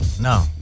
No